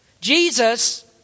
Jesus